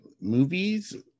movies